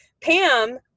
Pam